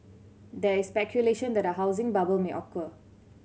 there is speculation that a housing bubble may occur